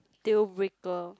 deal breaker